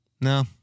No